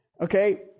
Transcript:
Okay